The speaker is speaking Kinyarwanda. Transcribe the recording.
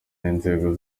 n’inzego